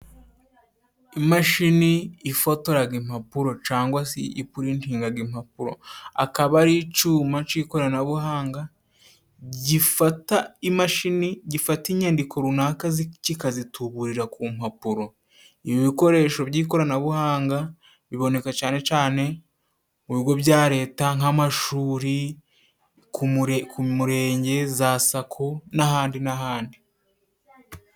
Imashini ifotoraga impapuro cangwa se ipurintingaga impapuro, akaba ari icuma c’ikoranabuhanga gifata imashini, gifata inyandiko runaka, kikazituburira ku mpapuro. Ibi bikoresho by’ikoranabuhanga biboneka cane cane mu bigo bya Leta, nk’amashuri, ku murenge, za sako, n’ahandi n’ahandi.